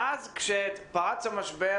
ואז כשפרץ המשבר,